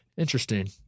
Interesting